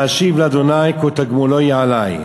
מה אשיב לה' כל תגמולוהי עלי".